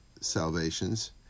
salvations